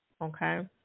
Okay